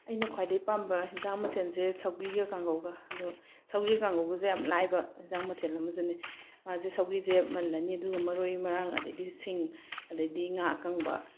ꯑꯩꯅ ꯈ꯭ꯋꯥꯏꯗꯒꯤ ꯄꯥꯝꯕ ꯌꯦꯟꯁꯥꯡ ꯃꯊꯦꯟꯁꯦ ꯁꯧꯒ꯭ꯔꯤꯒ ꯀꯥꯡꯉꯧꯒ ꯑꯗꯣ ꯁꯧꯒ꯭ꯔꯤ ꯀꯥꯡꯉꯧꯒꯁꯦ ꯌꯥꯝ ꯂꯥꯏꯕ ꯌꯦꯟꯁꯥꯡ ꯃꯊꯦꯜ ꯑꯃꯁꯨꯅꯤ ꯃꯥꯁꯦ ꯁꯧꯒ꯭ꯔꯤꯒꯁꯦ ꯃꯜꯂꯅꯤ ꯑꯗꯨꯒ ꯃꯔꯣꯏ ꯃꯔꯥꯡ ꯑꯗꯩꯗꯤ ꯁꯤꯡ ꯑꯗꯩꯗꯤ ꯉꯥ ꯑꯀꯪꯕ